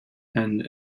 and